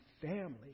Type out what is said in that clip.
family